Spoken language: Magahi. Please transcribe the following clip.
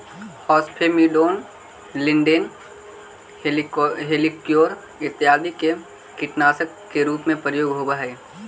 फॉस्फेमीडोन, लींडेंन, हेप्टाक्लोर आदि के कीटनाशक के रूप में प्रयोग होवऽ हई